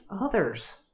others